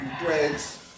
threads